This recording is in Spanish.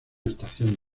estación